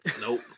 Nope